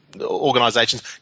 organisations